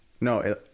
No